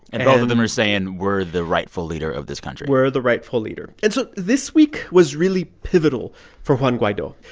and both of them are saying, we're the rightful leader of this country we're the rightful leader. and so this week was really pivotal for juan guaido.